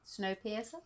Snowpiercer